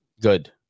Good